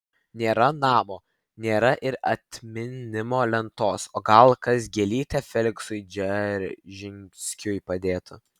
nėra namo nėra ir atminimo lentos o gal kas gėlytę feliksui dzeržinskiui padėtų